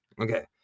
Okay